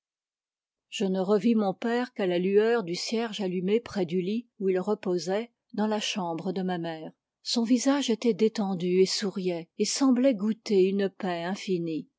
je ne revis mon père qu'à la lueur du cierge allumé près du lit où il reposait dans la chambre de ma mère son visage était détendu et souriait et semblait goûter une paix infinie